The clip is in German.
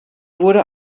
wurde